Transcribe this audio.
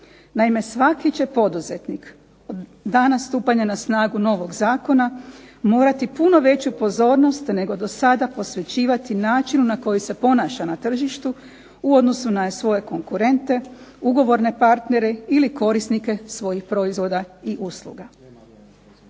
Naime, svaki će poduzetnik od dana stupanja na snagu novog zakona morati puno veću pozornost nego dosada posvećivati načinu na koji se ponaša na tržištu u odnosu na svoje konkurente, ugovorne partnere ili korisnike svojih proizvoda i usluga.